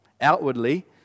outwardly